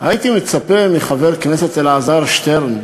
הייתי מצפה מחבר הכנסת אלעזר שטרן,